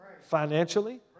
financially